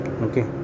okay